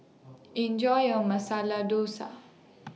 Enjoy your Masala Dosa